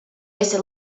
esi